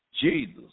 Jesus